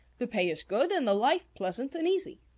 the pay is good, and the life pleasant and easy.